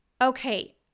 Okay